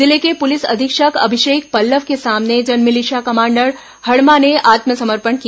जिले को पुलिस अधीक्षक अभिषेक पल्लव के सामने जनमिलिशिया कमांडर हडमा ने आत्मसमर्पण किया